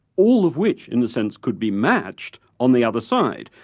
all of which, in a sense, could be matched on the other side.